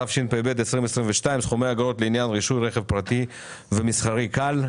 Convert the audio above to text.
התשפ"ב- 2022- סכומי האגרות לעניין רישוי רכב פרטי ומסחרי קל.